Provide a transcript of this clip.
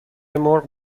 مرغ